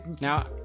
Now